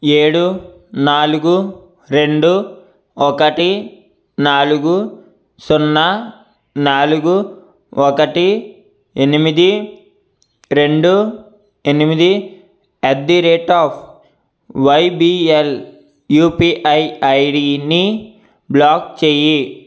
ఏడు నాలుగు రెండు ఒకటి నాలుగు సున్నా నాలుగు ఒకటి ఎనిమిది రెండు ఎనిమిది at the rate of YBL UPI ఐడీని బ్లాక్ చేయి